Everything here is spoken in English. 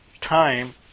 time